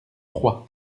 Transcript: troyes